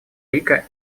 рика